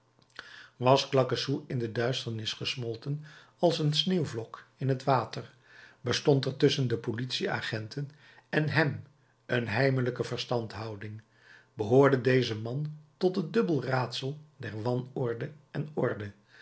was claquesous in de duisternis gesmolten als een sneeuwvlok in het water bestond er tusschen de politieagenten en hem een heimelijke verstandhouding behoorde deze man tot het dubbel raadsel der wanorde en orde